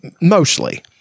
mostly